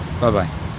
Bye-bye